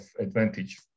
advantage